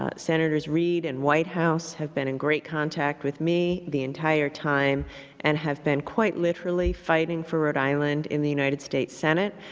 ah senators reid and white house have been in contact with me the entire time and have been quite literally fighting for rhode island in the united states senate.